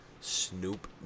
Snoop